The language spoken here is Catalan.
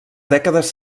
dècades